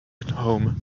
home